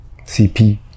CP